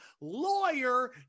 lawyer